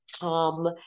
Tom